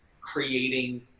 creating